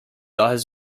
has